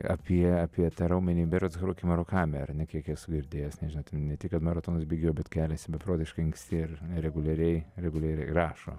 apie apie tą raumenį berods huruki marakami ar ne kiek esu girdėjęs nežinau ten ne tik maratonus bėgioja bet keliasi beprotiškai anksti ir reguliariai reguliariai rašo